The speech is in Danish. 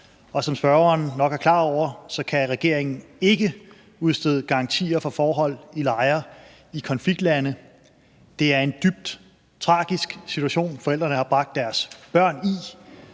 Og som spørgeren nok er klar over, kan regeringen ikke udstede garantier for forhold i lejre i konfliktlande. Det er en dybt tragisk situation, som forældrene har bragt deres børn i.